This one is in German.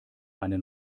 eine